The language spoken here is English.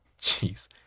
Jeez